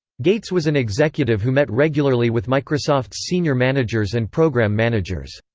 gates was an executive who met regularly with microsoft's senior managers and program managers.